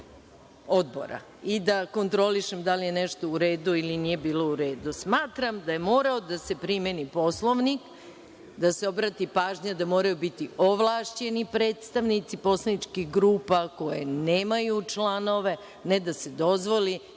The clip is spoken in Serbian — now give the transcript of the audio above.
odbora i da kontrolišem da li je nešto u redu ili nije u redu. Smatram da je morao da se primeni Poslovnik, da se obrati pažnja da moraju biti ovlašćeni predstavnici poslaničkih grupa koje nemaju članove, ne da se dozvoli